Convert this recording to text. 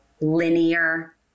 linear